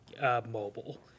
mobile